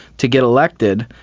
to get elected,